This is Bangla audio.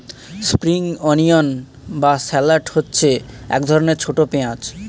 স্প্রিং অনিয়ন বা শ্যালট হচ্ছে এক ধরনের ছোট পেঁয়াজ